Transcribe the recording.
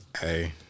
Hey